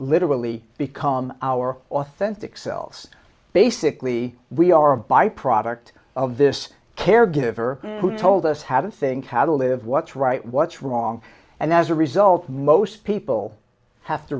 literally become our authentic selves basically we are a byproduct of this caregiver who told us how to think how to live what's right what's wrong and as a result most people have to